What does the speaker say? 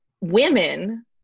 women